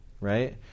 Right